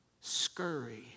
scurry